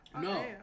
No